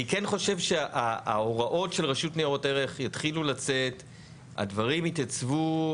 אני כן חושב שההוראות של הרשות לניירות ערך יתחילו לצאת הדברים יתייצבו,